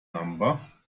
number